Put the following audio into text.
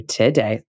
today